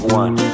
one